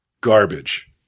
Garbage